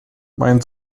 mein